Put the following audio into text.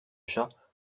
chat